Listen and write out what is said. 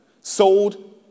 sold